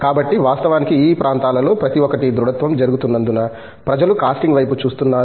కాబట్టి వాస్తవానికి ఈ ప్రాంతాలలో ప్రతి ఒక్కటి దృడత్వం జరుగుతున్నందున ప్రజలు కాస్టింగ్ వైపు చూస్తున్నారు